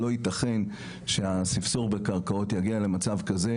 לא יתכן שהספסור בקרקעות יגיע למצב כזה